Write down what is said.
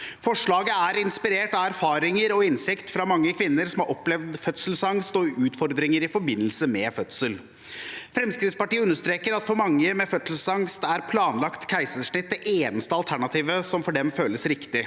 Forslaget er inspirert av erfaringer og innsikt fra mange kvinner som har opplevd fødselsangst og utfordringer i forbindelse med fødsel. Fremskrittspartiet understreker at for mange med fødselsangst er planlagt keisersnitt det eneste alternativet som for dem føles riktig.